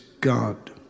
God